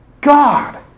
God